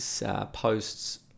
posts